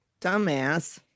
dumbass